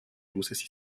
luces